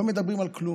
לא מדברים על כלום.